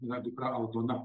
yra dukra aldona